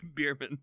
Beerman